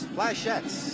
Flashettes